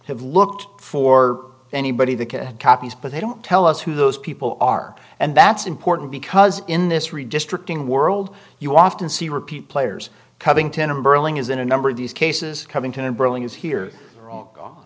have looked for anybody that had copies but they don't tell us who those people are and that's important because in this redistricting world you often see repeat players covington and burling is in a number of these cases coming to embroiling is here